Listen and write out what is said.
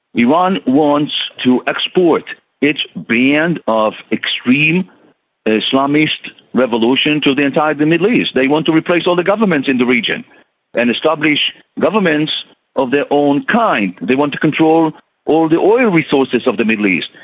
iran wants to export its brand of extreme islamist revolution to the entire middle east. they want to replace all the governments in the region and establish governments of their own kind. they want to control all the oil resources of the middle east.